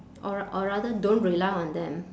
or ra~ or rather don't rely on them